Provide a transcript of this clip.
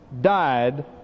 died